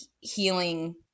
healing